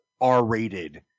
R-rated